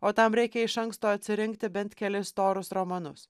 o tam reikia iš anksto atsirinkti bent kelis storus romanus